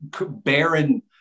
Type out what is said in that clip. barren